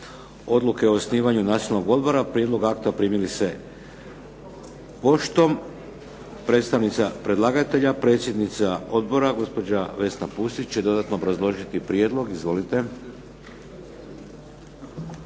Odluke o osnivanju Nacionalnog odbora. Prijedlog akta primili ste poštom. Predstavnica predlagatelja predsjednika odbora gospođa Vesna Pusić će dodatno obrazložiti prijedlog. Izvolite.